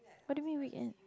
what do you mean weekend